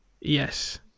Yes